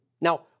Now